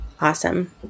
Awesome